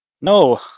no